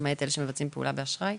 למעט אלה שמבצעים פעולה באשראי.